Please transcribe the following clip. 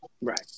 right